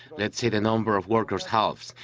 let's say the number of workers halves.